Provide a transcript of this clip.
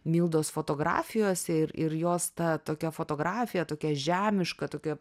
mildos fotografijose ir ir juosta tokia fotografija tokia žemiška tokia